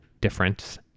difference